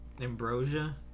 Ambrosia